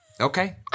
Okay